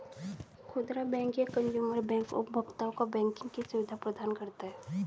खुदरा बैंक या consumer bank उपभोक्ताओं को बैंकिंग की सुविधा प्रदान करता है